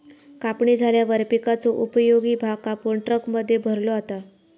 कापणी झाल्यावर पिकाचो उपयोगी भाग कापून ट्रकमध्ये भरलो जाता